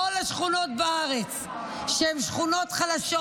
כל השכונות בארץ שהן שכונות חלשות,